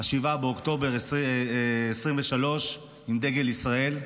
7 באוקטובר 2023, עם דגל ישראל,